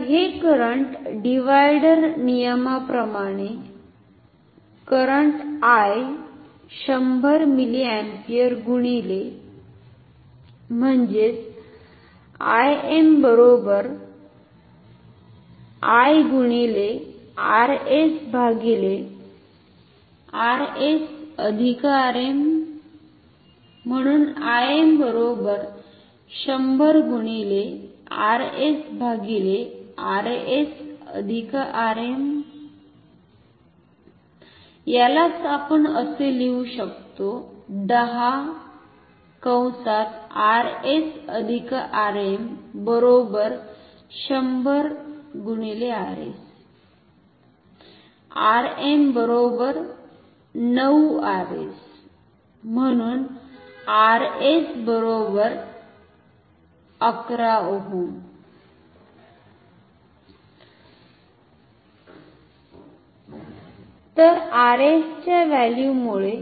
तर हे current divider नियमाप्रमाणे करंट I 100 मिलिअम्पियर गुणिले तर Rs च्या व्हॅल्यूमुळे